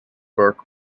burke